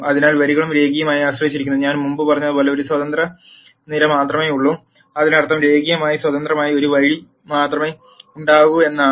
അതിനാൽ വരികളും രേഖീയമായി ആശ്രയിച്ചിരിക്കുന്നു ഞാൻ മുമ്പ് പറഞ്ഞതുപോലെ ഒരു സ്വതന്ത്ര നിര മാത്രമേയുള്ളൂ അതിനർത്ഥം രേഖീയമായി സ്വതന്ത്രമായ ഒരു വരി മാത്രമേ ഉണ്ടാകൂ എന്നാണ്